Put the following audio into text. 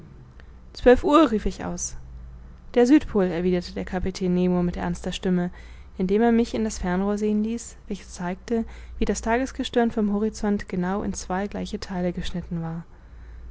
zwölf uhr rief ich aus der südpol erwiderte der kapitän nemo mit ernster stimme indem er mich in das fernrohr sehen ließ welches zeigte wie das tagesgestirn vom horizont genau in zwei gleiche theile geschnitten war